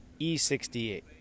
E68